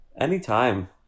Anytime